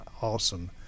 awesome